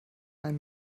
einem